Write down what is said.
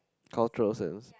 cultural sense